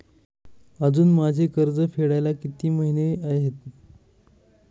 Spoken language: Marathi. अजुन माझे कर्ज फेडायला किती महिने आहेत?